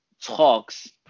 talks